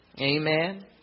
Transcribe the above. Amen